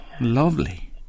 Lovely